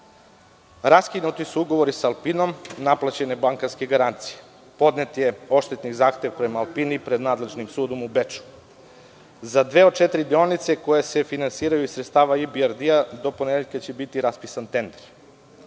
posvedoči. Raskinuti su ugovori sa „Alpinom“, naplaćene bankarske garancije. Podnet je odštetni zahtev prema „Alpini“ i pred nadležnim sudom u Beču. Za dve od četiri deonice koje se finansiraju iz sredstava IBRD do ponedeljka će biti raspisan tender.